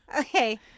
okay